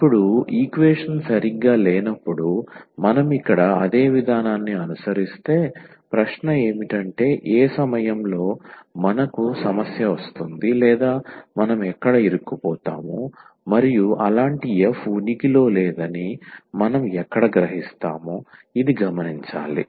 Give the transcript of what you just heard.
ఇప్పుడు ఈక్వేషన్ సరిగ్గా లేనప్పుడు మనం ఇక్కడ అదే విధానాన్ని అనుసరిస్తే ప్రశ్న ఏమిటంటే ఏ సమయంలో మనకు సమస్య వస్తుంది లేదా మనం ఎక్కడ ఇరుక్కుపోతాము మరియు అలాంటి f ఉనికిలో లేదని మనం ఎక్కడ గ్రహిస్తాము ఇది గమనించాలి